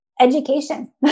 Education